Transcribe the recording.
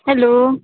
hello